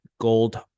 gold